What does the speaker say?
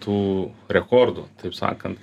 tų rekordų taip sakan